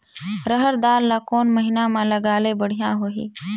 रहर दाल ला कोन महीना म लगाले बढ़िया होही?